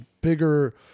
bigger